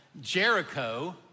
Jericho